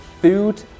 food